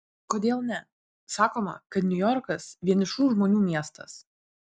kodėl ne sakoma kad niujorkas vienišų žmonių miestas